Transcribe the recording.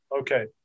okay